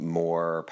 more